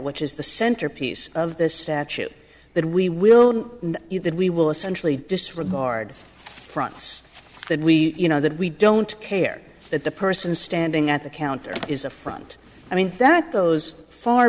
which is the centerpiece of this statute that we will you that we will essentially disregard fronts that we you know that we don't care that the person standing at the counter is a front i mean that those far